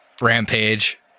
Rampage